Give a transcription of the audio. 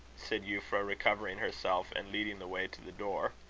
said euphra, recovering herself, and leading the way to the door.